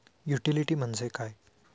Utility म्हणजे काय?